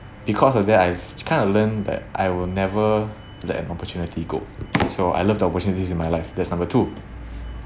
because of that I've kind of learned that I will never let an opportunity go so I love the opportunities in my life that's number two